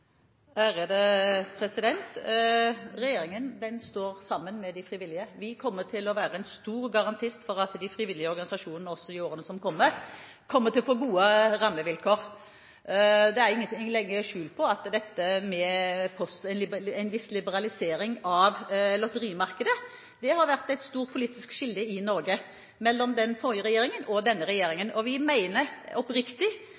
står sammen med de frivillige. Vi kommer til å være en stor garantist for at de frivillige organisasjonene også i årene som kommer, kommer til å få gode rammevilkår. Det er ikke til å legge skjul på at en viss liberalisering av lotterimarkedet har vært et stort politisk skille i Norge, mellom den forrige regjeringen og denne